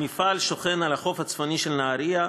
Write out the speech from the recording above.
המפעל שוכן על החוף הצפוני של נהריה,